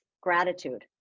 gratitude